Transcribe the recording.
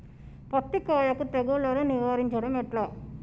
పత్తి కాయకు తెగుళ్లను నివారించడం ఎట్లా?